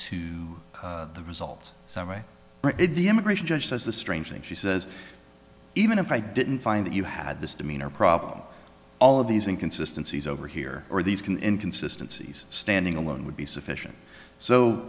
to the result summary the immigration judge says the strange thing she says even if i didn't find it you had this demeanor problem all of these inconsistencies over here or these can in consistencies standing alone would be sufficient so